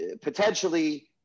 potentially